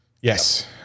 Yes